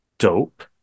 Dope